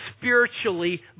spiritually